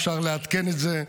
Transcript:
אפשר לעדכן את זה.